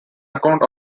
account